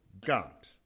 God